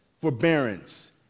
forbearance